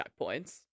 checkpoints